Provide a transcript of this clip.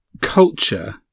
culture